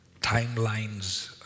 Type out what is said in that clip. timelines